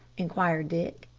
inquired dick,